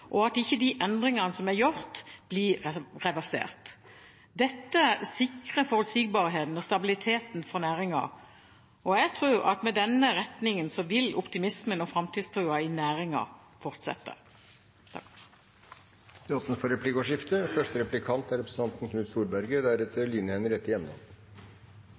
landbrukspolitikken, og at de endringer som er gjort, ikke blir reversert. Dette sikrer forutsigbarheten og stabiliteten for næringen, og jeg tror at med denne retningen vil optimismen og framtidstroen i næringen fortsette. Det blir replikkordskifte. Jeg skal holde meg til to hovedlinjer og ikke gå i detaljer i landbrukspolitikken. Det kan vi jo alle være glad for.